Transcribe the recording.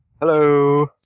hello